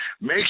make